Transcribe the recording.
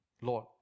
Lord